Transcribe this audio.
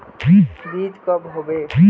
बीज कब होबे?